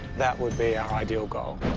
that would be our ideal goal.